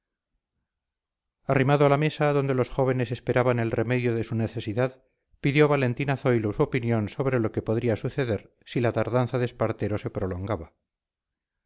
arrimado a la mesa donde los jóvenes esperaban el remedio de su necesidad pidió valentín a zoilo su opinión sobre lo que podría suceder si la tardanza de espartero se prolongaba